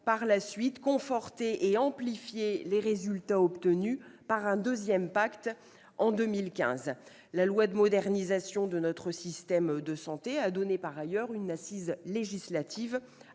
par la suite, conforté et amplifié les résultats obtenus par un deuxième pacte en 2015. La loi de modernisation de notre système de santé a donné par ailleurs une assise législative